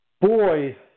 boy